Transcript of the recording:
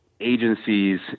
agencies